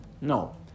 No